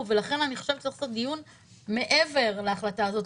ולכן אני חושבת לעשות דיון מעבר להחלטה הזאת.